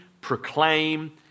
proclaim